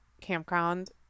campground